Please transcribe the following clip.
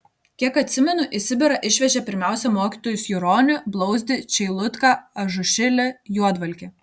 kiek atsimenu į sibirą išvežė pirmiausia mokytojus juronį blauzdį čeilutką ažušilį juodvalkį